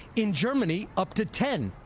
in germany, up to ten.